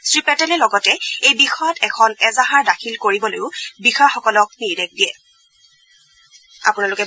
শ্ৰী পেটেলে লগতে এই বিষয়ত এখন এজাহাৰ দাখিল কৰিবলৈও বিষয়াসকলক নিৰ্দেশ দিয়ে